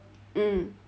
mm